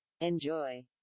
enjoy